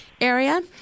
area